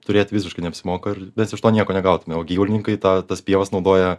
turėt visiškai neapsimoka ir mes iš to nieko negautume o gyvulininkai tą tas pievas naudoja